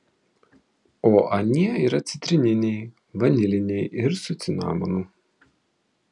o anie yra citrininiai vaniliniai ir su cinamonu